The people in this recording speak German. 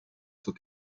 zur